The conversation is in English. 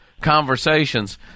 conversations